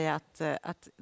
att